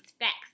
facts